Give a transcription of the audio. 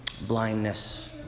blindness